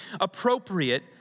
appropriate